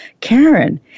Karen